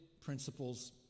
principles